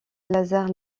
lazare